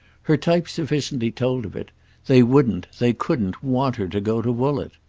her type sufficiently told of it they wouldn't, they couldn't, want her to go to woollett.